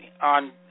on